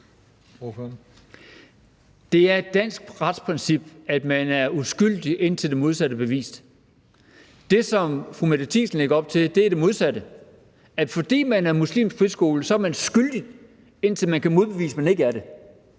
Det er et dansk retsprincip, at man er uskyldig, indtil det modsatte er bevist. Det, som fru Mette Thiesen lægger op til, er det modsatte – at fordi man er en muslimsk friskole, er man skyldig, indtil man kan modbevise, at man ikke er det.